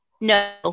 No